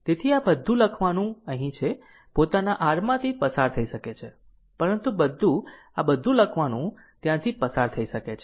તેથી આ બધું લખવાનું અહીં છે પોતાના r માંથી પસાર થઈ શકે છે પરંતુ બધું આ બધું લખવાનું ત્યાંથી પસાર થઈ શકે છે